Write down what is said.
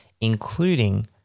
including